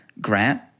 Grant